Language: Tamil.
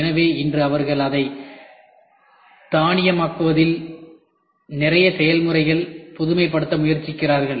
எனவே இன்று அவர்கள் அதை தானியக்கமாக்குவதில் நிறைய செயல்முறைகளை புதுமைப்படுத்த முயற்சிக்கின்றனர்